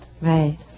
Right